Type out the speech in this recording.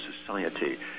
society